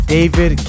David